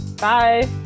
Bye